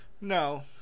No